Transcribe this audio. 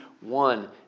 one